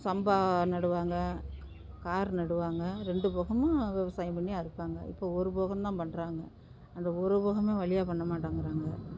சம்பா நடுவாங்க கார் நடுவாங்க ரெண்டு போகமும் விவசாயம் பண்ணி அறுப்பாங்க இப்போ ஒரு போகோந்தான் பண்ணுறாங்க அந்த ஒருபோகமே வழியா பண்ணமாட்டேங்கிறாங்க